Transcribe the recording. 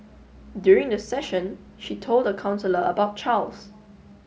during the session she told the counsellor about Charles